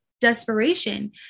desperation